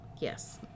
Yes